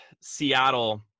Seattle